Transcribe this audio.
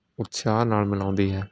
ਉਤਸ਼ਾਹ ਨਾਲ ਮਿਲਾਉਂਦੀ ਹੈ